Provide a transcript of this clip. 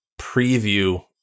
preview